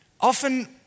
Often